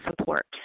support